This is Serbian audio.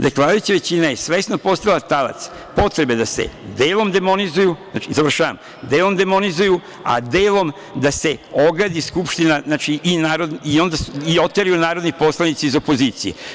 Dakle, vladajuća većina je svesno postala talac potrebe da se delom demonizuju, završavam, a delom da se ogadi Skupština i oteraju narodni poslanici iz opozicije.